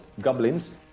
goblins